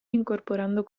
incorporando